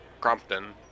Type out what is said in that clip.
Crompton